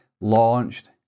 launched